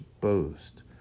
boast